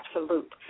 absolute